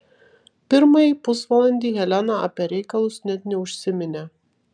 pirmąjį pusvalandį helena apie reikalus net neužsiminė